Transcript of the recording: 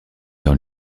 dans